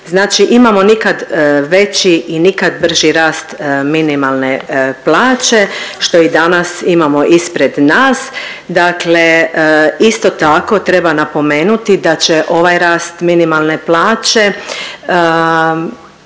Znači imamo nikad veći i nikad brži rast minimalne plaće što i danas imamo ispred nas. Dakle isto tako treba napomenuti da će ovaj rast minimalne plaće